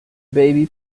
baby